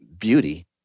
beauty